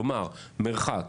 כלומר מרחק,